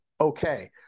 okay